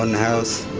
and house.